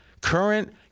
Current